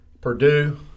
Purdue